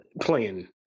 playing